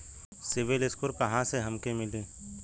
CIBIL score कहाँसे हमके मिली?